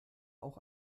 auch